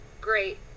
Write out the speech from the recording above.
great